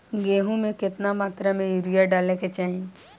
गेहूँ में केतना मात्रा में यूरिया डाले के चाही?